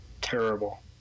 terrible